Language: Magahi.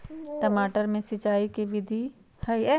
टमाटर में सिचाई करे के की विधि हई?